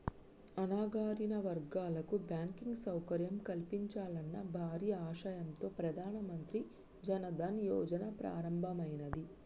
అణగారిన వర్గాలకు బ్యాంకింగ్ సౌకర్యం కల్పించాలన్న భారీ ఆశయంతో ప్రధాన మంత్రి జన్ ధన్ యోజన ప్రారంభమైనాది